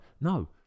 no